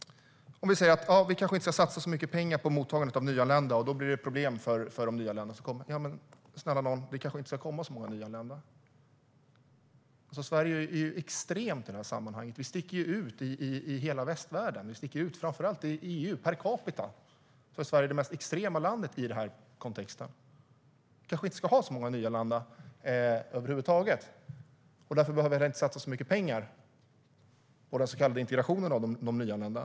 Vi säger att vi kanske inte ska satsa så mycket pengar på mottagandet av nyanlända, och då menar ni att det blir problem för de nyanlända. Men snälla nån, det kanske inte ska vara så många nyanlända! Sverige är ju extremt i det här sammanhanget. Vi sticker ut i hela västvärlden och framför allt i EU när det gäller mottagandet per capita. Sverige är det mest extrema landet i den här kontexten. Vi kanske inte ska ha så många nyanlända över huvud taget, och därför behöver vi inte satsa så mycket pengar på den så kallade integrationen av de nyanlända.